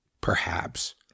Perhaps